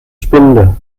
spinde